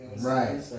Right